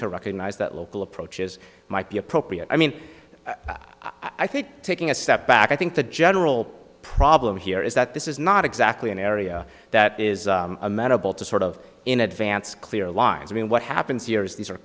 to record is that local approach is might be appropriate i mean i think taking a step back i think the general problem here is that this is not exactly an area that is amenable to sort of in advance clear lines i mean what happens here is these are